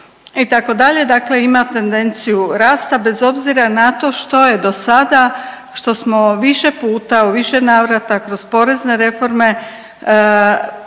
itd. Dakle, ima tendenciju rasta bez obzira na to što je do sada, što smo više puta, u više navrata kroz porezne reforme